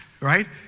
right